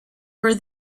were